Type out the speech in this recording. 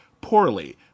poorly